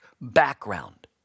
background